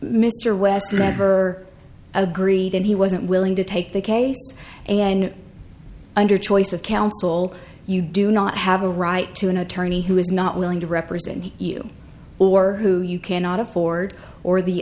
mr west never agreed and he wasn't willing to take the case and under choice of counsel you do not have a right to an attorney who is not willing to represent you or who you cannot afford or the